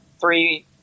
three